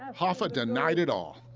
hoffa denied it all.